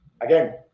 Again